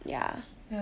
ya sia